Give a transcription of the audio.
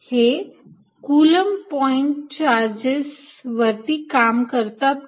हे Coulomb point charges वरती काम करतात का